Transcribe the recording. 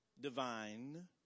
divine